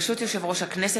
ברשות יושב-ראש הכנסת,